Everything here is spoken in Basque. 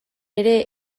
ere